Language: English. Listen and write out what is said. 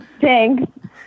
Thanks